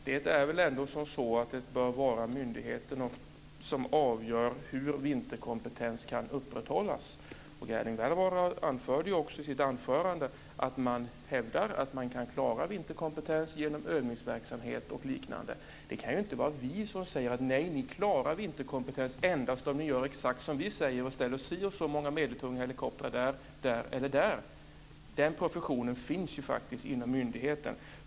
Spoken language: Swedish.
Fru talman! Det bör vara myndigheten som avgör hur vinterkompetens kan upprätthållas. Erling Wälivaara anförde också i sitt anförande att man hävdar att man kan klara vinterkompetens genom övningsverksamhet och liknande. Det kan ju inte vara vi som säger: Nej, ni klarar vinterkompetensen endast om ni gör exakt som vi säger och ställer si och så många medeltunga helikoptrar där, där eller där! Den professionen finns faktiskt inom myndigheten.